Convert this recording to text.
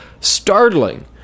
startling